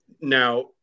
Now